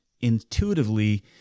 intuitively